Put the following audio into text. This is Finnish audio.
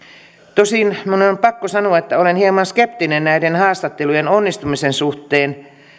tosin minun on on pakko sanoa että olen hieman skeptinen näiden haastattelujen onnistumisen suhteen